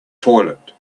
toilet